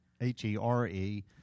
H-E-R-E